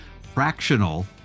fractional